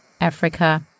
Africa